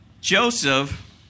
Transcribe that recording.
Joseph